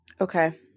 Okay